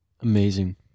Amazing